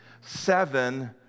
seven